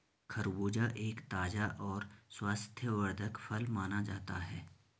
खरबूजा एक ताज़ा और स्वास्थ्यवर्धक फल माना जाता है